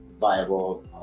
viable